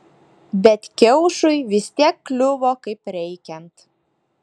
bet kiaušui vis tiek kliuvo kaip reikiant